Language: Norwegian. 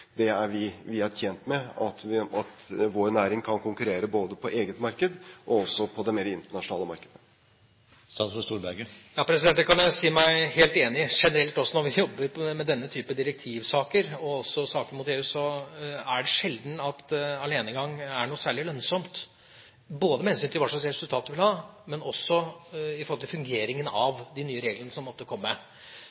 Vi er tjent med at vår næring kan konkurrere både på eget marked og også på det mer internasjonale markedet. Det kan jeg si meg helt enig i. Generelt – når vi jobber med denne type direktivsaker, og også saker mot EU – er det sjelden at alenegang er noe særlig lønnsomt, både med hensyn til hva slags resultater vi vil ha, og til hvordan de nye reglene som måtte komme, fungerer. Det gjelder jo ikke bare krav til